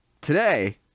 Today